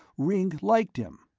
ringg liked him!